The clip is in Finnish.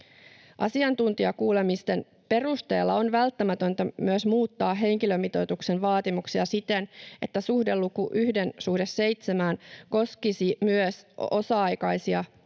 Asiantuntijakuulemisten perusteella on välttämätöntä myös muuttaa henkilömitoituksen vaatimuksia siten, että suhdeluku 1:7 koskisi myös osa-aikaisia, alle